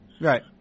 Right